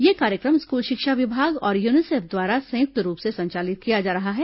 यह कार्यक्रम स्कूल शिक्षा विभाग और यूनिसेफ द्वारा संयुक्त रूप से संचालित किया जा रहा है